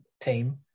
team